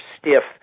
stiff